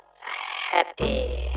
happy